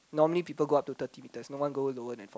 normally people go up to thirty meters no one go lower than fourth